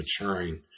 maturing